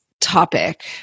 Topic